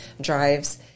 drives